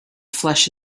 flesh